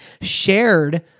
shared